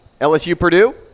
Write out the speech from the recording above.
LSU-Purdue